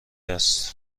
است